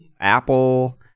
Apple